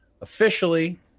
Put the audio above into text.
Officially